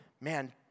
Man